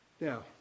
Now